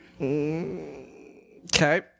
Okay